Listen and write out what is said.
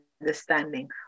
understanding